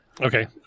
Okay